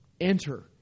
Enter